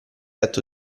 atto